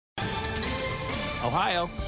Ohio